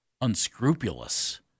unscrupulous